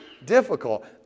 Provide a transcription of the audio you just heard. difficult